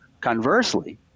Conversely